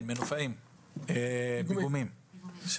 נציגי ענף הפיגומים, בבקשה.